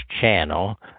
channel